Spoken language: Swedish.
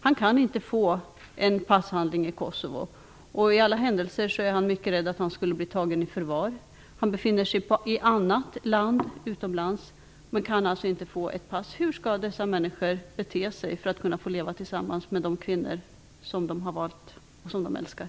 Han kan inte få en passhandling i Kosovo. I alla händelser är han mycket rädd att han skall bli tagen i förvar. Han befinner sig i annat land, utomlands, men kan inte få ett pass. Hur skall dessa män bete sig för att få leva tillsammans med de kvinnor som de har valt, som de älskar?